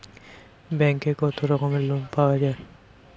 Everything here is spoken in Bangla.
ব্যাঙ্কে কত রকমের লোন পাওয়া য়ায়?